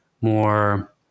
more